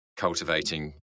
cultivating